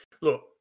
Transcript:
Look